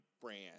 brand